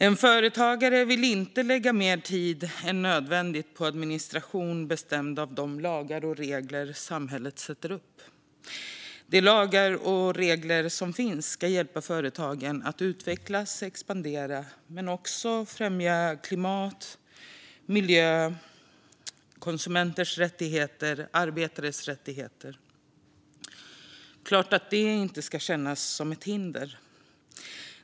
En företagare vill inte lägga mer tid än nödvändigt på administration bestämd av de lagar och regler samhället sätter upp. De lagar och regler som finns ska hjälpa företagen att utvecklas och expandera men också främja klimat, miljö och konsumenters och arbetares rättigheter. Det är klart att detta inte ska kännas som ett hinder.